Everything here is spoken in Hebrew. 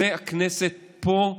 זו הכנסת, פה הריבונות,